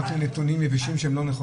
רק לנתונים יבשים שהם לא נכונים.